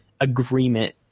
agreement